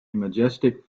majestic